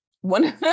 one